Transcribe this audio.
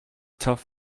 tough